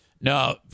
No